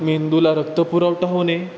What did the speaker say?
मेंदूला रक्तपुरवठा होणे